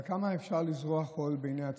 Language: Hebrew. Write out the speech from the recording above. אבל כמה אפשר לזרות חול בעיני הציבור?